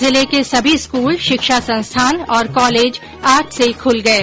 जिले के सभी स्कूल शिक्षा संस्थान और कॉलेज आज से खुल गये